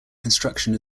construction